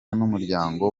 n’umuryango